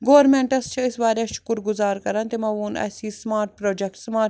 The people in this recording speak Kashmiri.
گورمیٚنٹَس چھِ أسۍ واریاہ شکر گزار کران تِمو اوٚن اسہِ یہِ سٕمارٹ پرٛوجیٚکٹہٕ سٕمارٹ